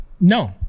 No